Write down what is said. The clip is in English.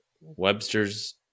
Webster's